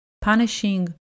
punishing